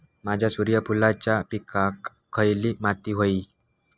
माझ्या सूर्यफुलाच्या पिकाक खयली माती व्हयी?